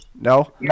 No